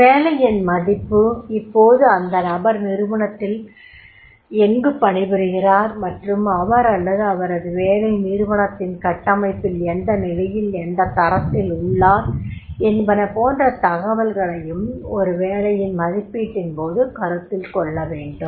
ஒரு வேலையின் மதிப்பு இப்போது அந்த நபர் நிறுவனத்தில் எங்கு பணிபுரிகிறார் மற்றும் அவர் அல்லது அவரது வேலை அந்நிறுவனத்தின் கட்டமைப்பில் எந்த நிலையில் எந்தத் தரத்தில் உள்ளார் என்பன போன்ற தகவல்களையும்ஒரு வேலையின் மதிப்பீட்டின்போது கருத்தில் கொள்ள வேண்டும்